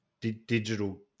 digital